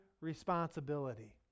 responsibility